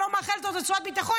אני לא מאחלת עוד רצועת ביטחון,